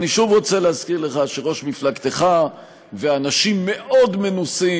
אני שוב רוצה להזכיר לך שראש מפלגתך ואנשים מאוד מנוסים,